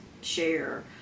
share